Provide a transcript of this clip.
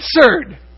answered